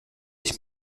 ich